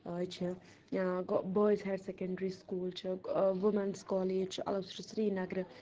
چھِ boys higher secondary school چھِ women's college چھُ الب سُہ چھُ سرینَگرٕ